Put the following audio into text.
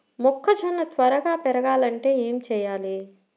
మొక్కజోన్న త్వరగా పెరగాలంటే ఏమి చెయ్యాలి?